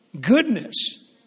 goodness